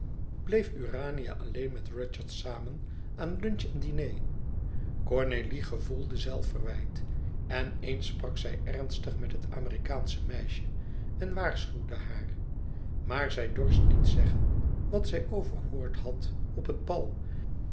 bleef urania alleen met rudyard samen aan lunch en diner cornélie gevoelde zelfverwijt en eens sprak zij ernstig met het amerikaansche meisje en waarschuwde haar maar zij dorst niet zeggen wat zij overhoord had op het bal